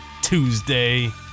Tuesday